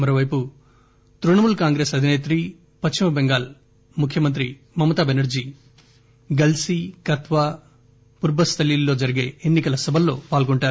మరోపైపు తృణమూల్ కాంగ్రెస్ అధినేత్రి పశ్చిమ బెంగాల్ ముఖ్యమంత్రి మమతా బెనర్టీ గల్సీ కత్వా పుర్బస్థలీ ల్లో జరిగే ఎన్ని కల సభల్లో పాల్గొంటారు